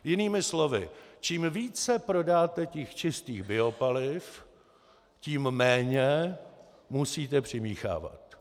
Jinými slovy, čím více prodáte čistých biopaliv, tím méně musíte přimíchávat.